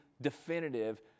Definitive